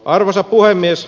arvoisa puhemies